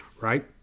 right